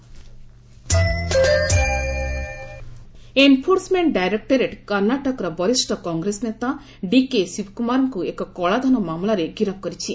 ED Shivakumar enforcement directorate କର୍ଷ୍ଣାଟକର ବରିଷ୍ଠ କଂଗ୍ରେସ ନେତା ଡିକେ ଶିବକୁମାରଙ୍କୁ ଏକ କଳାଧନ ମାମଲାରେ ଗିରଫ କରିଛି